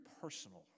Personal